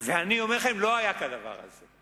ואני אומר לכם, לא היה כדבר הזה.